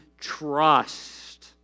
trust